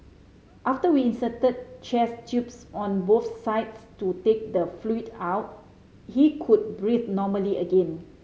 after we inserted chest tubes on both sides to take the fluid out he could breathe normally again